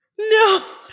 No